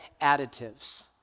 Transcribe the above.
additives